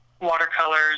watercolors